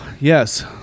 yes